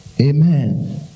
Amen